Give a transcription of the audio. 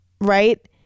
right